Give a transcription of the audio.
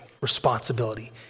responsibility